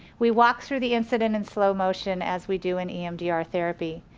we walk through the incident in slow motion as we do in emdr therapy.